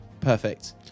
perfect